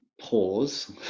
pause